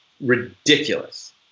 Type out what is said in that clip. ridiculous